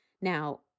Now